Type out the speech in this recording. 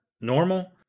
normal